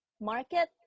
market